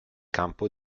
campo